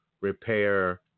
repair